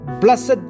blessed